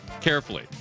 carefully